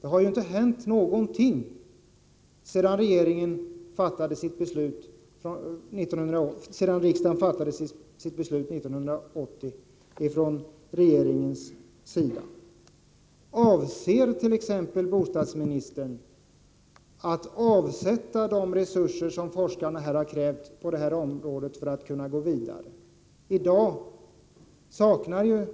Det har inte hänt någonting i form av åtgärder från regeringens sida sedan riksdagen fattade sitt beslut 1980. Avser bostadsministern att exempelvis avsätta de resurser som forskarna har krävt för att kunna gå vidare? I dag saknar ju